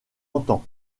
entend